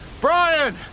Brian